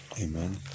Amen